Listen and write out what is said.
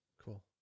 Cool